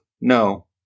no